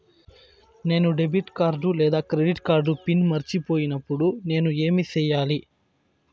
నేను debit card లేదా credit card pin మర్చిపోయినప్పుడు నేను ఏమి సెయ్యాలి?